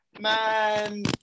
man